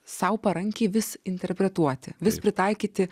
sau parankiai vis interpretuoti vis pritaikyti